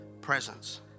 Presence